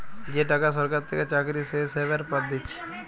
যে টাকা সরকার থেকে চাকরি শেষ হ্যবার পর দিচ্ছে